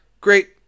Great